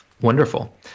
Wonderful